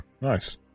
Nice